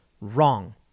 wrong